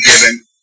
given